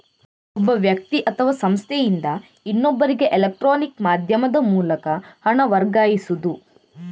ಒಬ್ಬ ವ್ಯಕ್ತಿ ಅಥವಾ ಸಂಸ್ಥೆಯಿಂದ ಇನ್ನೊಬ್ಬರಿಗೆ ಎಲೆಕ್ಟ್ರಾನಿಕ್ ಮಾಧ್ಯಮದ ಮೂಲಕ ಹಣ ವರ್ಗಾಯಿಸುದು